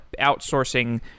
outsourcing